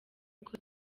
uko